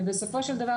ובסופו של דבר,